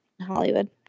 hollywood